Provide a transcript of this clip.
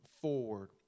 Forward